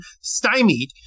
stymied